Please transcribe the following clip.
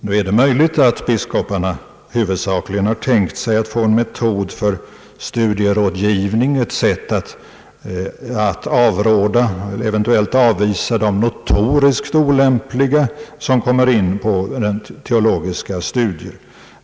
Nu är det möjligt att biskoparna huvudsakligen har tänkt sig att få en metod för studierådgivning och ett sätt av avråda eller eventuellt avvisa de notoriskt olämpliga, som påbörjar teologiska studier.